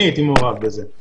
אני הייתי מעורב בזה,